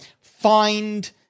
find